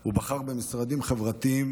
הוא בחר במשרדים חברתיים,